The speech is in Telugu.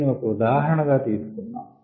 దీనిని ఒక ఉదాహరణగా తీసుకుందాం